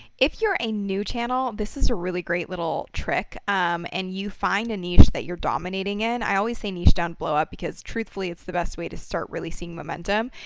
if you're a new channel, this is a really great little trick and you find a niche that you're dominating in. i always say niche down, blow up because truthfully it's the best way to start releasing momentum.